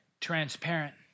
transparent